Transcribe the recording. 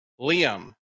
Liam